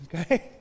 Okay